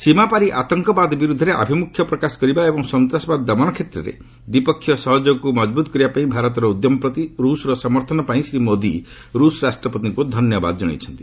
ସୀମାପରି ଆତଙ୍କବାଦ ବିରୁଦ୍ଧରେ ଆଭିମୁଖ୍ୟ ପ୍ରକାଶ କରିବା ଏବଂ ସନ୍ତାସବାଦ ଦମନ କ୍ଷେତ୍ରରେ ଦ୍ୱିପକ୍ଷୀୟ ସହଯୋଗକୁ ମଜବୁତ କରିବା ପାଇଁ ଭାରତର ଉଦ୍ୟମ ପ୍ରତି ରଷର ସମର୍ଥନ ପାଇଁ ଶ୍ରୀ ମୋଦି ଋଷ ରାଷ୍ଟ୍ରପତିଙ୍କୁ ଧନ୍ୟବାଦ ଜଣାଇଛନ୍ତି